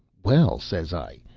well, says i,